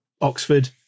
Oxford